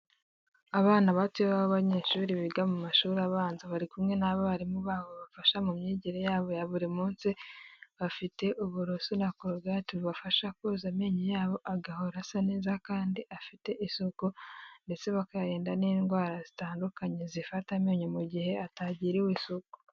Abana bato b'abanyeshuri biga mu mashuri abanza, bari kumwe n'abarimu babo bafasha mu myigire yabo ya buri munsi. Bafite uburosu na korogate bibafasha koza amenyo yabo agahora asa neza kandi afite isuku ndetse bakayarinda n'indwara zitandukanye zifata amenyo mu gihe atagiriwe isuku.